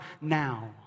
now